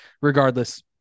regardless